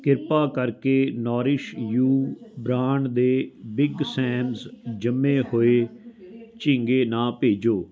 ਕਿਰਪਾ ਕਰਕੇ Nourish you brand ਦੇ ਬਿੱਗ ਸੈਮਸ ਜੰਮੇ ਹੋਏ ਝੀਂਗੇ ਨਾ ਭੇਜੋ